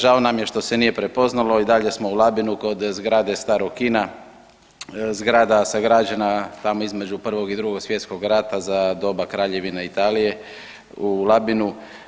Žao nam je što se nije prepoznalo i dalje smo u Labinu kod zgrade starog kina, zgrada sagrađena tamo između Prvog i Drugog svjetskog rata za doba Kraljevine Italije u Labinu.